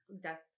death